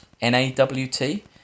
N-A-W-T